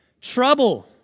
Trouble